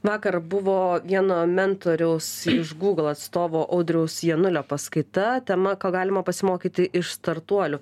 vakar buvo vieno mentoriaus iš gūgl atstovo audriaus janulio paskaita tema ko galima pasimokyti iš startuolių